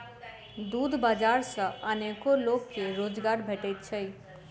दूध बाजार सॅ अनेको लोक के रोजगार भेटैत छै